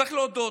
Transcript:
צריך להודות,